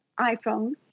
iPhone